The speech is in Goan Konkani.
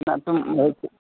ना तुम्